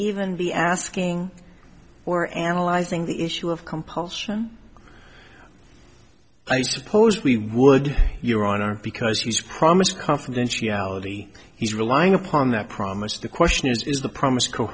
even be asking or analyzing the issue of compulsion i suppose we would your honor because he's promised confidentiality he's relying upon that promise the question is the promise co